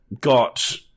got